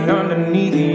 underneath